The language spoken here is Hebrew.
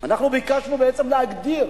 אנחנו ביקשנו בעצם להגדיר.